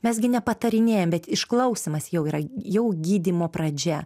mes gi ne patarinėjam bet išklausymas jau yra jau gydymo pradžia